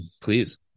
Please